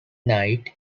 night